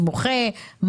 סמוכי,